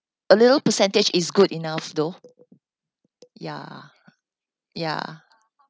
a little percentage is good enough though ya ya